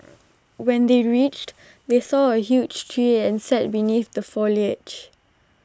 when they reached they saw A huge tree and sat beneath the foliage